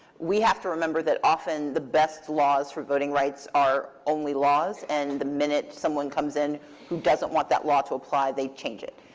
we have to remember that often the best laws for voting rights are only laws. and the minute someone comes in who doesn't want that law to apply, they change it.